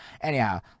Anyhow